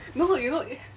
no you know i~